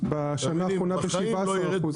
בשנה האחרונה ב-17%.